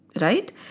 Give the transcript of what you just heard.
right